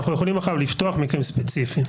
אנחנו יכולים מחר לפתוח מקרים ספציפיים.